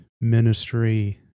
ministry